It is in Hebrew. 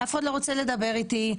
אף אחד לא רוצה לדבר איתי,